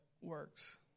works